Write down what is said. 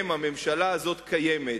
שהממשלה הזאת קיימת,